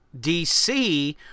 DC